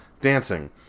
dancing